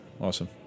Awesome